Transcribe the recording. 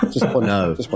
No